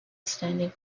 standing